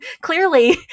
Clearly